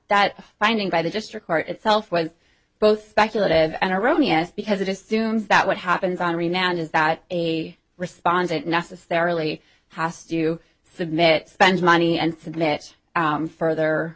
that finding by the district court itself was both speculative and erroneous because it assumes that what happens on re now is that a respondent necessarily has to submit spends money and submit further